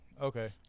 Okay